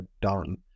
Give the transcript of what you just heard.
done